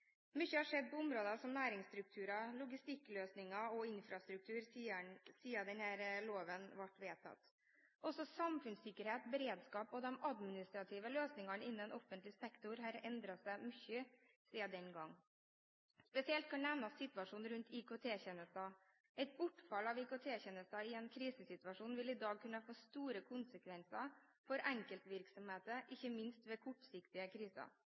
har skjedd på området, f.eks. når det gjelder næringsstrukturer, logistikkløsninger og infrastrukturer, siden denne loven ble vedtatt. Også samfunnssikkerhet og beredskap og de administrative løsningene innen offentlig sektor har endret seg mye siden den gang. Spesielt kan nevnes situasjonen rundt IKT- tjenester. Et bortfall av IKT-tjenester i en krisesituasjon vil i dag kunne få store konsekvenser for enkeltvirksomheter, ikke minst ved kortsiktige kriser.